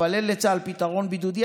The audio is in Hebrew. אין לצה"ל פתרון בידודי,